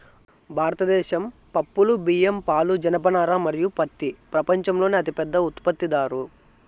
భారతదేశం పప్పులు, బియ్యం, పాలు, జనపనార మరియు పత్తి ప్రపంచంలోనే అతిపెద్ద ఉత్పత్తిదారు